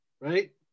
Right